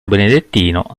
benedettino